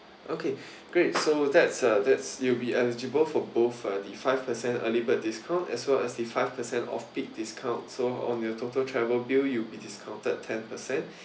okay great so that's uh that's you'll be eligible for both uh the five percent early bird discount as well as the five percent off peak discount so on your total travel bill you'll be discounted ten percent